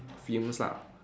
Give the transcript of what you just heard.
films lah